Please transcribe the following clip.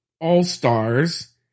All-Stars